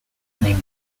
named